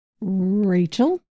Rachel